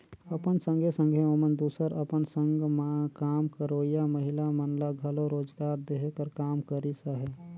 अपन संघे संघे ओमन दूसर अपन संग काम करोइया महिला मन ल घलो रोजगार देहे कर काम करिस अहे